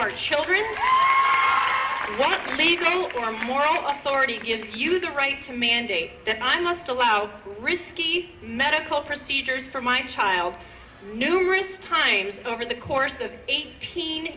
our children one of legal or moral authority gives you the right to mandate that i must allow risky medical procedures for my child numerous times over the course of eighteen